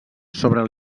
sobre